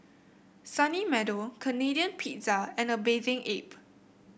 Sunny Meadow Canadian Pizza and A Bathing Ape